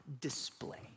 display